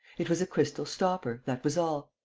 it was a crystal stopper, that was all.